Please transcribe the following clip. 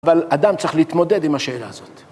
אבל אדם צריך להתמודד עם השאלה הזאת.